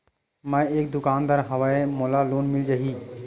मै एक दुकानदार हवय मोला लोन मिल जाही?